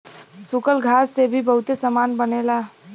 सूखल घास से भी बहुते सामान बनेला